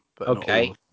Okay